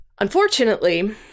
Unfortunately